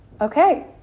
Okay